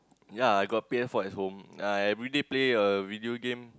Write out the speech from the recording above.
ya I got P_S-four at home uh everyday play a video game